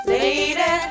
Lady